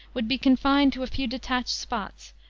would be confined to a few detached spots,